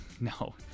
No